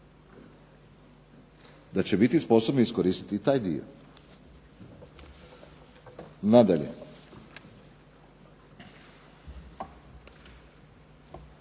da će biti sposobni iskoristiti i taj dio. Nadalje,